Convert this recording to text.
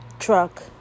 truck